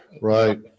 Right